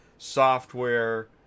software